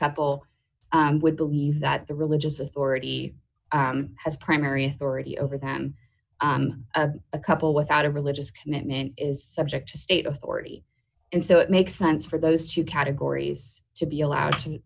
couple would believe that the religious authority has primary authority over them a couple without a religious commitment is subject to state authority and so it makes sense for those two categories to be allowed to